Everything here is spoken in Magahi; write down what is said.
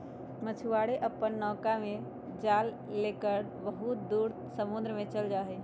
मछुआरे अपन नौका में जाल लेकर बहुत दूर समुद्र में चल जाहई